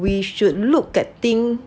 we should look at things